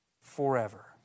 forever